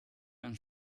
dann